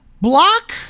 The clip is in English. Block